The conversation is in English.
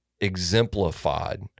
exemplified